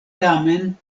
tamen